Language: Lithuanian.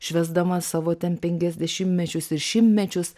švęsdama savo ten penkiasdešimtmečius ir šimtmečius